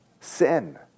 sin